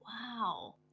Wow